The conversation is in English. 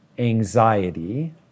anxiety